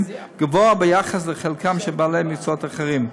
גבוה ביחס לחלקם של בעלי מקצועות אחרים.